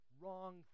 wrong